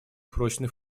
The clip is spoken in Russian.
прочный